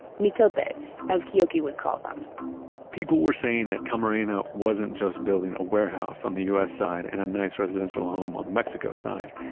mitotes, as keoki would call them people were saying that camarena wasn't just building a warehouse on the u s. side and a nice residential home on the mexico side.